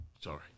Sorry